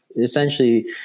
Essentially